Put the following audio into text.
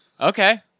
Okay